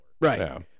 right